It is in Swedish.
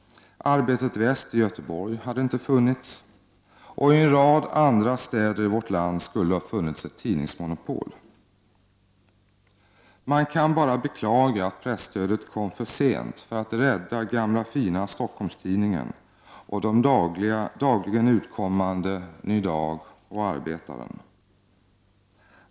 Arbetet Väst i Göteborg hade inte funnits, och i en rad andra städer i vårt land skulle det ha funnits ett tidningsmonopol. Man kan bara beklaga att presstödet kom för sent för att rädda gamla Stockholms-Tidningen och de dagligen utkommande Ny Dag och Arbetaren.